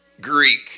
Greek